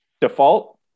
Default